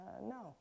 no